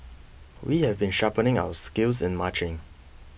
we have been sharpening our skills in marching